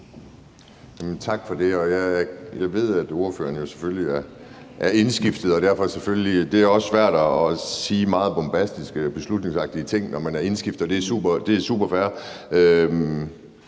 Tak for det. Jeg ved, at ordføreren jo selvfølgelig er indskiftet, og det er også svært at sige meget bombastiske, beslutningsagtige ting, når man er indskiftet, og det er superfair.